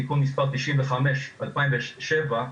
תיקון מספר 95 מ-2007,